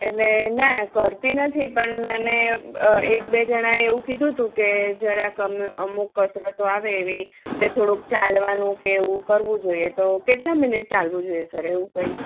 એટલે ના કરતી નથી પણ મને એક બે જણાએ એવું કીધું હતું કે જરાક અમુ અમુક કસરતો આવે એવી કે થોડુંક ચાલવાનું કે એવું કરવું જોઈએ તો કેટલા મિનિટ ચાલવું જોઈએ સર એવું કઈ